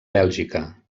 bèlgica